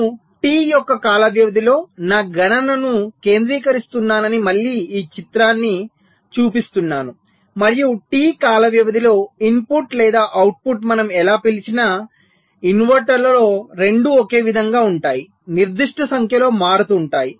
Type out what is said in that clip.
నేను T యొక్క కాల వ్యవధిలో నా గణనను కేంద్రీకరిస్తున్నానని మళ్ళీ ఆ చిత్రాన్ని చూపిస్తున్నాను మరియు T కాల వ్యవధిలో ఇన్పుట్ లేదా అవుట్పుట్ మనం ఎలా పిలిచినా ఇన్వర్టర్లో రెండూ ఒకే విధంగా ఉంటాయి నిర్దిష్ట సంఖ్యలో మారుతుంటాయి